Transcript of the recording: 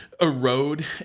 erode